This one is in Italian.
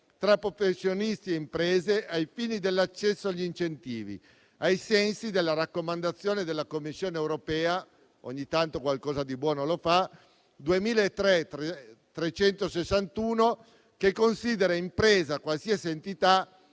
tra professionisti e imprese ai fini dell'accesso agli incentivi, ai sensi della raccomandazione della Commissione europea 2003/361 - ogni tanto qualcosa di buono lo fa - che considera impresa qualsiasi entità